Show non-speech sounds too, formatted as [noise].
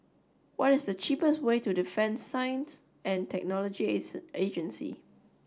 what is the cheapest way to Defence Science and Technology [unintelligible] Agency